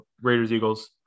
Raiders-Eagles